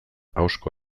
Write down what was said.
ahozko